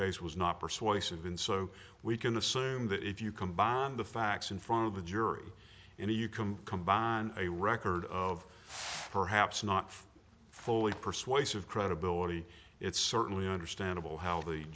case was not persuasive in so we can assume that if you combine the facts in front of the jury and you can combine a record of perhaps not fully persuasive credibility it's certainly understandable how the